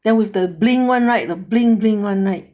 the bling [one] right the bling bling [one] right